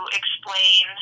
explain